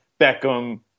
beckham